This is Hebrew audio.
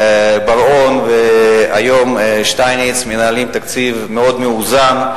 בר-און והיום שטייניץ, מנהלים תקציב מאוד מאוזן,